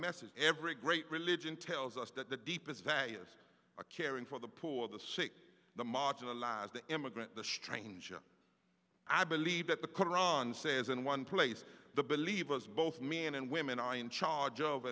message every great religion tells us that the deepest values a caring for the poor the sick the marginalized the immigrant the stranger i believe that the koran says in one place the believe us both me and women are in charge of